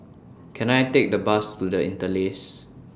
Can I Take A Bus to The Interlace